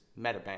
MetaBank